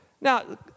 Now